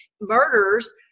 murders